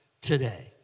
today